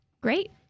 Great